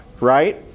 right